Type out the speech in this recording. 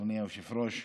אדוני היושב-ראש,